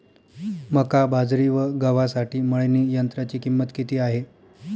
मका, बाजरी व गव्हासाठी मळणी यंत्राची किंमत किती आहे?